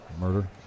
murder